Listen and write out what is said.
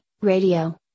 radio